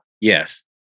Yes